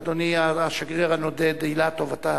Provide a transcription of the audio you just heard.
אדוני, השגריר הנודד, אילטוב, אתה